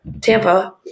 Tampa